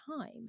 time